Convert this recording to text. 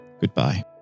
goodbye